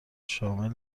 شامل